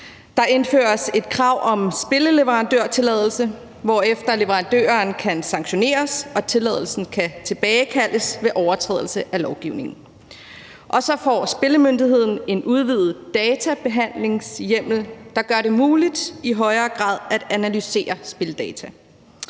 Der indføres et krav om spilverandørtilladelse, hvorefter leverandøren kan sanktioneres og tilladelsen kan tilbagekaldes ved overtrædelse af lovgivningen. Og så får Spillemyndigheden en udvidet databehandlingshjemmel, der gør det muligt i højere grad at analysere spildata.